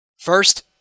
first